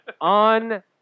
on